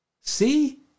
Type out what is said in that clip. See